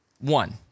One